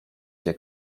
się